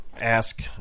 ask